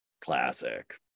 Classic